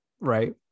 right